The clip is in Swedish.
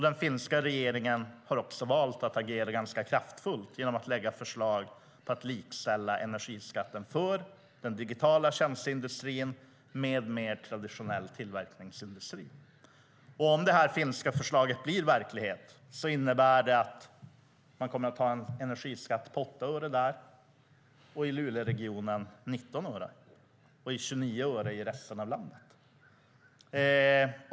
Den finska regeringen har valt att agera ganska kraftfullt genom att lägga fram förslag om att likställa energiskatten för den digitala tjänsteindustrin med skatten för den traditionella tillverkningsindustrin. Om det finska förslaget blir verklighet innebär det att man där kommer att ha en energiskatt på 8 öre, i luleregionen 19 öre och 29 öre i resten av landet.